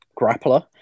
grappler